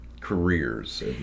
careers